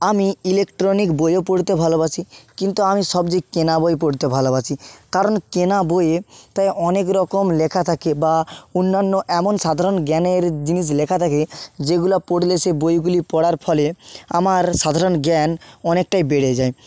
আমি ইলেকট্রনিক বইও পড়তে ভালোবাসি কিন্তু আমি সবচেয়ে কেনা বই পড়তে ভালোবাসি কারণ কেনা বইয়ে প্রায় অনেকরকম লেখা থাকে বা অন্যান্য এমন সাধারণ জ্ঞানের জিনিস লেখা থাকে যেগুলো পড়লে সেই বইগুলি পড়ার ফলে আমার সাধারণ জ্ঞান অনেকটাই বেড়ে যায়